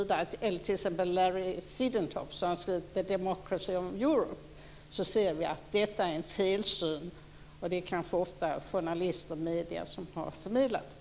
Där framgår att detta är en felsyn. Det kan ofta vara journalister eller medier som har förmedlat den.